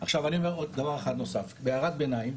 עכשיו אני אומר רק דבר אחד נוסף, בהערת ביניים,